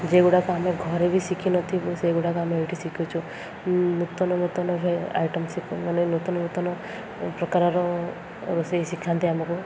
ଯେଗୁଡ଼ାକ ଆମେ ଘରେ ବି ଶିଖିନଥିବୁ ସେଗୁଡ଼ାକ ଆମେ ଏଇଠି ଶିଖୁଛୁ ନୂତନ ନୂତନ ଏ ଆଇଟମ୍ ଶିଖୁ ମାନେ ନୂତନ ନୂତନ ପ୍ରକାରର ରୋଷେଇ ଶିଖାନ୍ତି ଆମକୁ